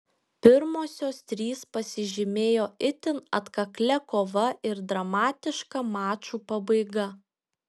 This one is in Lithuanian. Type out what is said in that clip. pirmosios trys pasižymėjo itin atkaklia kova ir dramatiška mačų pabaiga